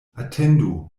atendu